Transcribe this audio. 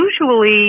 usually